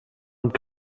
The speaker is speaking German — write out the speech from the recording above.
und